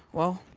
well,